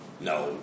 no